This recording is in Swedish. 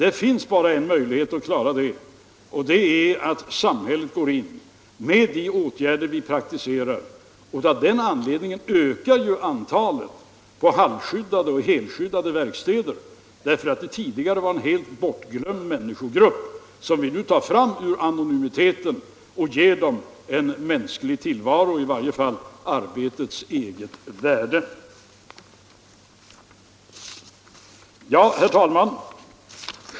Det finns bara en möjlighet att klara detta, och det är att samhället går in med de åtgärder vi praktiserar. Antalet sysselsatta på halvskyddade och helskyddade verkstäder ökar ju därför att det rör sig om en tidigare helt bortglömd människogrupp som vi nu tar fram ur anonymiteten och ger en mänsklig tillvaro, i varje fall vad gäller arbetets eget värde. Herr talman!